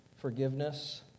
forgiveness